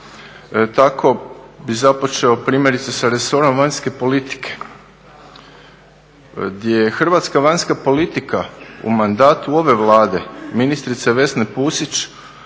Tako bih započeo primjerice sa resorom vanjske politike gdje Hrvatska vanjska politika u mandatu ove Vlade, ministrice Vesne Pusić